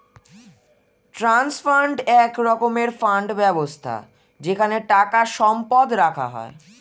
trust fund এক রকমের fund ব্যবস্থা যেখানে টাকা সম্পদ রাখা হয়